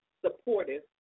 supportive